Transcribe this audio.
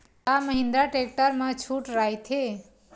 का महिंद्रा टेक्टर मा छुट राइथे?